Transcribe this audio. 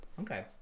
Okay